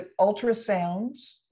ultrasounds